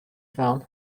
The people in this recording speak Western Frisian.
dwaan